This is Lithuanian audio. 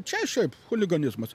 čia šiaip chuliganizmas